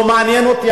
לא מעניין אותי,